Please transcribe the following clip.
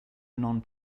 non